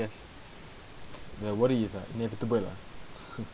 that's the worries is uh inevitable lah